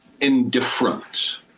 indifferent